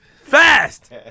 Fast